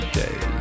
day